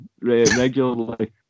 regularly